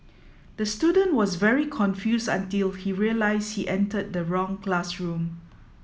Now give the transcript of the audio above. the student was very confused until he realize he entered the wrong classroom